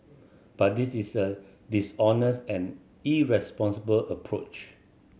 but this is a dishonest and irresponsible approach